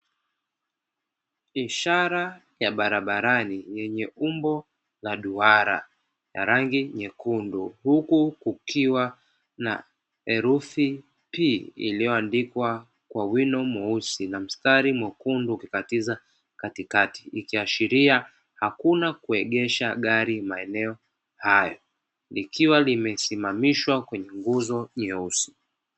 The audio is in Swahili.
Ishara ya barabarani yenye umbo la duara la rangi nyekundu, huku kukiwa na herufi P iliyoandikwa kwa wino mweusi na mstari mwekundu kukatiza katikati, ikiashiria hakuna kuegesha gari maeneo haya, likiwa limesimamishwa kwenye nguzo nyeusi.